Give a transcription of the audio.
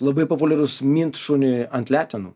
labai populiarus mint šuniui ant letenų